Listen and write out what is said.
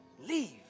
Leave